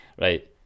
right